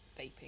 vaping